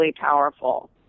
powerful